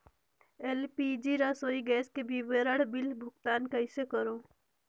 LPG रसोई gas के विवरण बिल भुगतान कइसे करों?